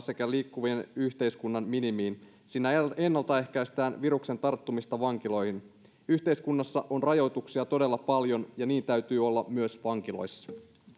sekä liikkuminen yhteiskunnassa minimiin sillä ennaltaehkäistään viruksen leviämistä vankiloihin yhteiskunnassa on rajoituksia todella paljon ja niin täytyy olla myös vankiloissa